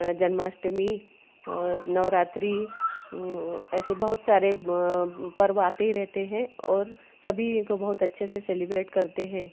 जन्माष्टमी और नवरात्रि ऐसे बहुत सारे पर्व आते रहते हैं और सभी को बहुत अच्छे से सेलिब्रेट करते हैं